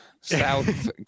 south